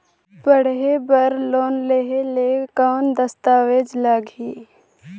पढ़े बर लोन लहे ले कौन दस्तावेज लगही?